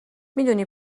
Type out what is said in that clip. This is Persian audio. میدونی